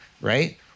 right